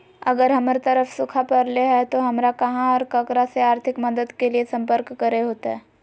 अगर हमर तरफ सुखा परले है तो, हमरा कहा और ककरा से आर्थिक मदद के लिए सम्पर्क करे होतय?